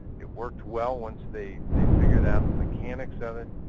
it worked well once they they figured out the mechanics of it.